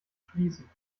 schließen